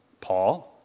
Paul